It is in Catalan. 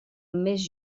més